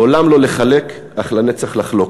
לעולם לא לחלק אך לנצח לחלוק.